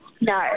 No